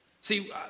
See